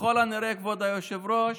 ככל הנראה, כבוד היושב-ראש,